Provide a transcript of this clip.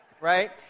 right